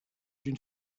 une